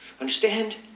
understand